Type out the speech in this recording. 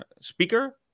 speaker